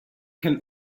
can